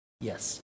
Yes